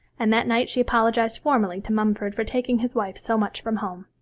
and that night she apologised formally to mumford for taking his wife so much from home.